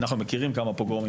אנחנו מכירים כמה פוגרומים,